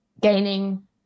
gaining